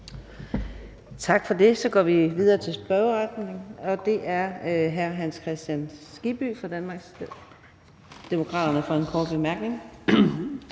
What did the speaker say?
Tak for det. Så går vi videre til spørgsmål, og det er først hr. Hans Kristian Skibby fra Danmarksdemokraterne for en kort bemærkning.